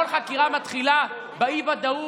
כל חקירה מתחילה באי-ודאות,